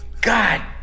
God